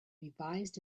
revised